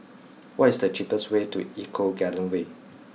what is the cheapest way to Eco Garden Way